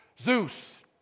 Zeus